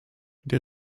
der